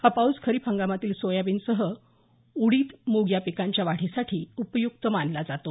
हा पाऊस खरिप हंगामातील सोयाबीनसह उडीद मूग या पिकांच्या वाढीसाठी उपय्क्त मानला जात आहे